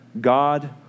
God